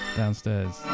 downstairs